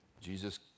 Jesus